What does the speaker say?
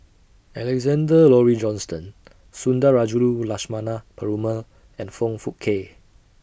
Alexander Laurie Johnston Sundarajulu Lakshmana Perumal and Foong Fook Kay